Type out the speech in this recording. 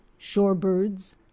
shorebirds